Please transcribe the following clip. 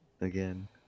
again